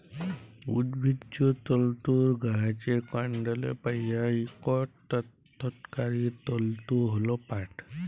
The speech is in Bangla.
উদ্ভিজ্জ তলতুর গাহাচের কাল্ডলে পাউয়া ইকট অথ্থকারি তলতু হ্যল পাট